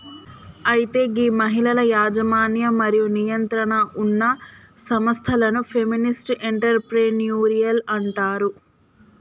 అయితే గీ మహిళల యజమన్యం మరియు నియంత్రణలో ఉన్న సంస్థలను ఫెమినిస్ట్ ఎంటర్ప్రెన్యూరిల్ అంటారు